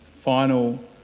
final